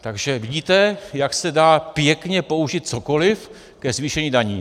Takže vidíte, jak se dá pěkně použít cokoli ke zvýšení daní.